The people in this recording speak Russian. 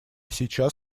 сейчас